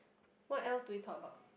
what else do we talk about